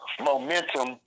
momentum